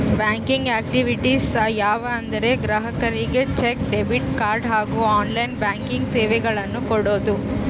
banking activities ಯಾವ ಅಂದರೆ ಗ್ರಾಹಕರಿಗೆ ಚೆಕ್, ಡೆಬಿಟ್ ಕಾರ್ಡ್ ಹಾಗೂ ಆನ್ಲೈನ್ ಬ್ಯಾಂಕಿಂಗ್ ಸೇವೆಗಳನ್ನು ಕೊಡೋದು